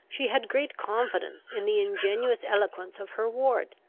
she had great confidence in the ingenuous eloquence of her ward.